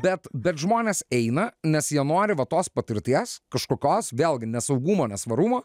bet bet žmonės eina nes jie nori va tos patirties kažkokios vėlgi nesaugumo nesvarumo